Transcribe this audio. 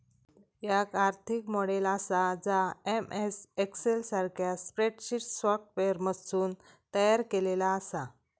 याक आर्थिक मॉडेल आसा जा एम.एस एक्सेल सारख्या स्प्रेडशीट सॉफ्टवेअरमधसून तयार केलेला आसा